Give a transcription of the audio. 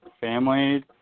family